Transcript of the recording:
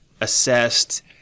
assessed